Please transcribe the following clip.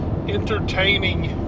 entertaining